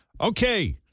Okay